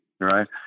right